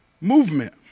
movement